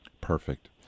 Perfect